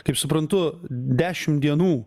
kaip suprantu dešim dienų